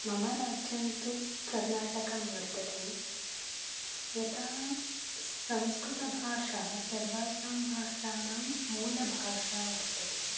मम राज्यं तु कर्नाटकं वर्तते यथा संस्कृतभाषा सर्वासां भाषाणां मूलभाषा वर्तते